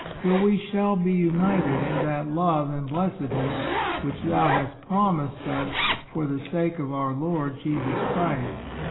till we shall be united in that love and blessed ness which thou hast promised us for the sake of our lord jesus christ.